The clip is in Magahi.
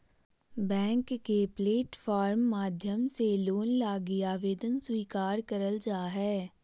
बैंक के प्लेटफार्म माध्यम से लोन लगी आवेदन स्वीकार करल जा हय